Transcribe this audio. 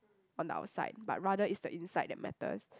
on the outside but rather it's the inside that matters